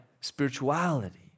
spirituality